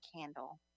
candle